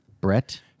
Brett